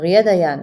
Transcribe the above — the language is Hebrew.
אריה דיין,